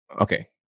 Okay